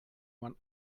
man